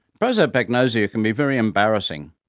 prosopagnosia can be very embarrassing.